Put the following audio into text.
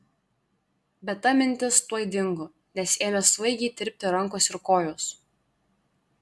bet ta mintis tuoj dingo nes ėmė svaigiai tirpti rankos ir kojos